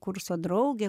kurso draugė